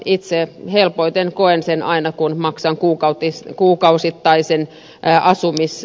itse helpoiten koen sen aina kun maksan kuukausittaisen asuntolainani